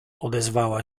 odezwała